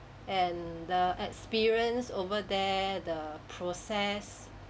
and the experience over there the process